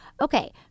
Okay